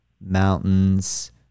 mountains